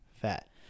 fat